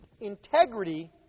integrity